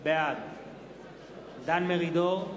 בעד דן מרידור,